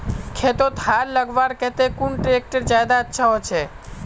खेतोत हाल लगवार केते कुन ट्रैक्टर ज्यादा अच्छा होचए?